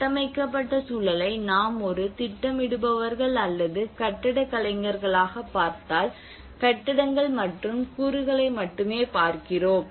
கட்டமைக்கப்பட்ட சூழலை நாம் ஒரு திட்டமிடுபவர்கள் அல்லது கட்டடக் கலைஞர்களாகப் பார்த்தால் கட்டடங்கள் மற்றும் கூறுகளை மட்டுமே பார்க்கிறோம்